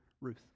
Ruth